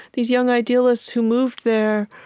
these young idealists who moved there,